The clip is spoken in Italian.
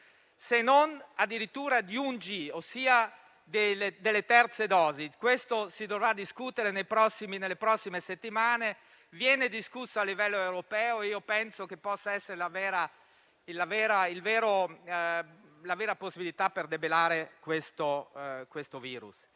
se non addirittura di 1G, ossia delle terze dosi. Di questo si dovrà discutere nelle prossime settimane: viene discusso a livello europeo e io penso che possa essere la vera possibilità per debellare questo virus.